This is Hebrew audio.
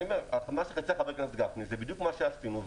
מה שהציע חבר הכנסת גפני זה בדיוק מה שעשינו,